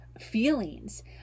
feelings